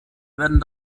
werden